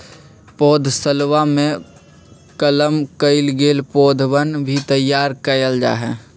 पौधशलवा में कलम कइल गैल पौधवन भी तैयार कइल जाहई